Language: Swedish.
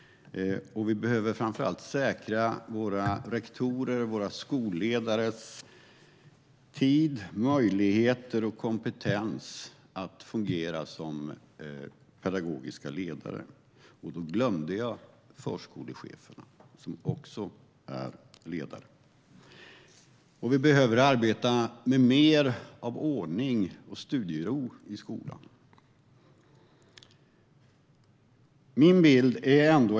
Vi behöver framför allt säkra våra rektorers och skolledares tid, kompetens och möjligheter att fungera som pedagogiska ledare - och då glömde jag förskolecheferna, som också är ledare. Vi behöver även arbeta mer med ordning och studiero i skolan.